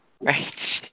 right